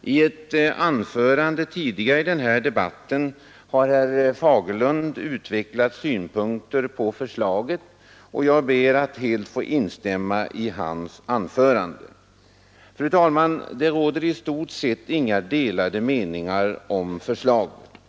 I ett anförande tidigare i den här debatten har herr Fagerlund utvecklat synpunkter på förslaget, och jag ber att helt få instämma i hans anförande. Det råder i stort sett inga delade meningar om förslaget.